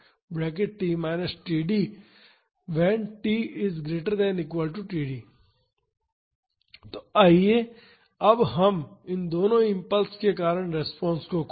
तो आइए अब हम दोनों इम्पल्स के कारण रिस्पांस खोजें